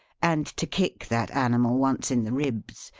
and to kick that animal once in the ribs,